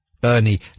Bernie